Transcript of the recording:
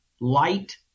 light